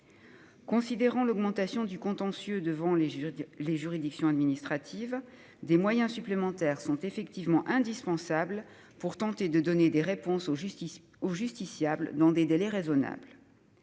vu de l'augmentation du contentieux devant les juridictions administratives, des moyens supplémentaires sont bel et bien indispensables pour tenter de donner des réponses aux justiciables dans des délais raisonnables.